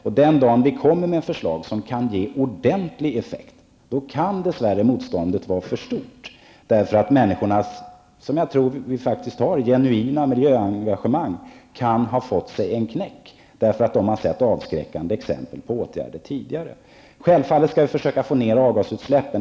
Den dagen när vi kommer med förslag som kan ge ordentlig effekt kan motståndet dess värre vara för stort, därför att människornas genuina miljöengagemang -- jag tror faktiskt att det finns -- kan ha fått sig en knäck när de har sett avskräckande exempel på åtgärder tidigare. Vi skall självfallet försöka få ned avgasutsläppen.